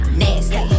nasty